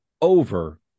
over